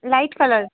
light colour